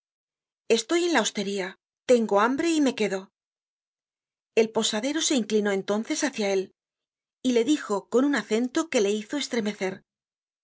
estoy en la hostería tengo hambre y me quedo el posadero se inclinó entonces hácia él y le dijo con un acento que le hizo estremecer